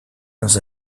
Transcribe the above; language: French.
dans